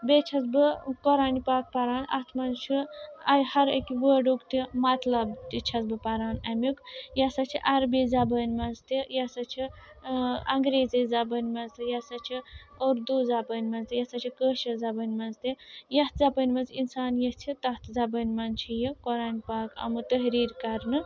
بیٚیہِ چھیٚس بہٕ قۄرانِ پاک پَران اَتھ منٛز چھُ ٲں ہَر اَکہِ وٲرڈُک تہِ مطلب تہِ چھیٚس بہٕ پَران اَمیٛک یہِ ہَسا چھِ عربی زَبٲنہِ منٛز تہِ یہِ ہَسا چھِ ٲں انٛگریٖزی زَبٲنہِ منٛز تہِ یہِ ہَسا چھُ اُردو زَبٲنہِ منٛز تہِ یہِ ہَسا چھُ کٲشِر زبٲنہِ منٛز تہِ یَتھ زبٲنہِ منٛز اِنسان یٔژھہِ تَتھ زَبٲنہِ منٛز چھُ یہِ قۄرانِ پاک آمُت تحریٖر کَرنہٕ